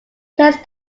players